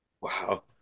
wow